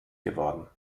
geworden